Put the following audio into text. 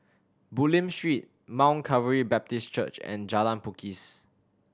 Bulim Street Mount Calvary Baptist Church and Jalan Pakis